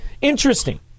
interesting